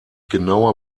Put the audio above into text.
genaue